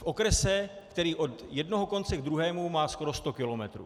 V okrese, který od jednoho konce k druhému má skoro sto kilometrů.